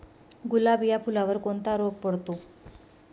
गुलाब या फुलावर कोणता रोग पडतो?